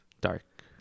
Dark